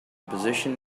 position